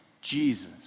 Jesus